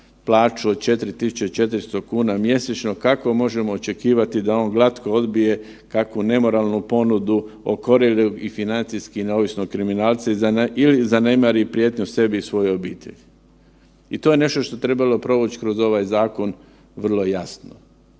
plaću od 4.400 kuna mjesečno kako možemo očekivati da on glatko odbije kakvu nemoralnu ponudu okorjelog i financijski neovisnog kriminalca ili zanemari prijetnju sebi i svojoj obitelji. I to je nešto što je trebalo provući kroz ovaj zakon vrlo jasno.